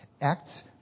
Acts